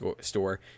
Store